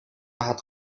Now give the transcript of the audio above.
hat